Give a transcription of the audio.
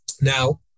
Now